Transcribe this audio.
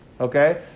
okay